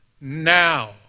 now